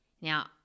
Now